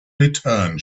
return